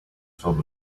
filled